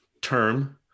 term